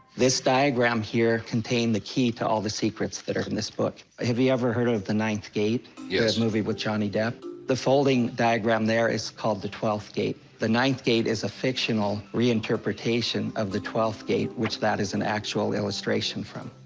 this diagram here contained the key to all the secrets that are in this book. have you ever heard of the ninth gate? yes. that movie with johnny depp? the folding diagram there is called the twelfth gate. the ninth gate is a fictional reinterpretation of the twelfth gate, which that is an actual illustration from.